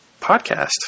podcast